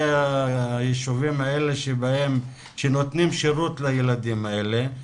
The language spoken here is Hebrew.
היישובים האלה שנותנים שירות לילדים האלה.